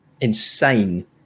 insane